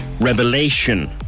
revelation